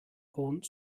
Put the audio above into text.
gaunt